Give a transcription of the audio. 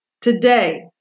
Today